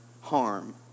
harm